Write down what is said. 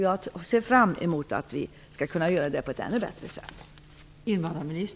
Jag ser fram emot att vi skall kunna göra det på ett ännu bättre sätt.